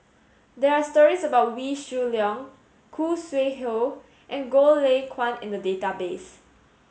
there are stories about Wee Shoo Leong Khoo Sui Hoe and Goh Lay Kuan in the database